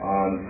on